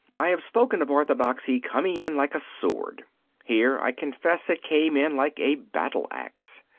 i have spoken of orthodoxy coming in like a sword here i confess it came in like a battle-axe.